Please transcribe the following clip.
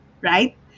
right